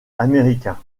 américain